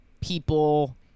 people